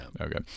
Okay